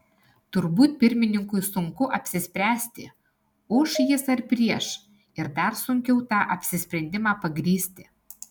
turbūt pirmininkui sunku apsispręsti už jis ar prieš ir dar sunkiau tą apsisprendimą pagrįsti